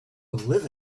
live